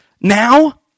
now